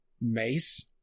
mace